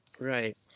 Right